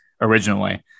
originally